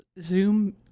Zoom